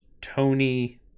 Tony